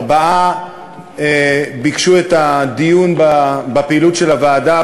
ארבעה ביקשו את הדיון בפעילות של הוועדה,